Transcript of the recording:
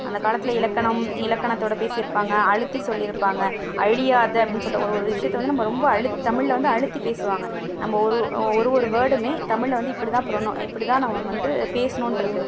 அந்த காலத்தில் இலக்கணம் இலக்கணத்தோடு பேசியிருப்பாங்க அழுத்தி சொல்லியிருப்பாங்க அழியாது அப்படின்னு சொல்கிற ஒரு ஒரு விஷயத்த வந்து நம்ம ரொம்ப தமிழில் வந்து அழுத்தி பேசுவாங்க நம்ம ஒரு ஒவ்வொரு வேர்டுமே தமிழில் வந்து இப்படிதான் இப்படிதான் நம்ம வந்து பேசணும்ன்ருக்கு